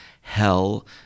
hell